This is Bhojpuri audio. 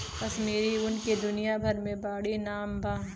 कश्मीरी ऊन के दुनिया भर मे बाड़ी नाम बा